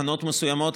בתחנות מסוימות,